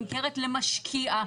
נמכרת למשקיע.